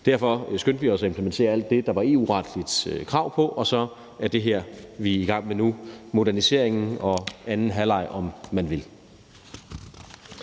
Derfor skyndte vi os at implementere alt det, der var EU-retligt krav om, og det, vi så er i gang med nu, er moderniseringen og anden halvleg, om man vil.